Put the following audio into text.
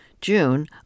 June